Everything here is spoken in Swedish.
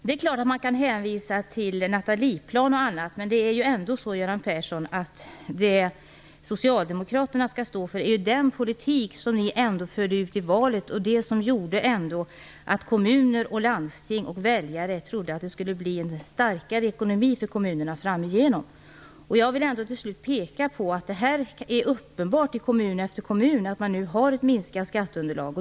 Man kan naturligtvis hänvisa till Nathalieplan och annat, men det Socialdemokraterna skall stå för är den politik som ni förde ut i valet och som gjorde att kommuner, landsting och väljare trodde att det skulle bli en starkare ekonomi för kommunerna framgent. Jag vill till slut peka på att det är uppenbart i kommun efter kommun att man har ett minskat skatteunderlag.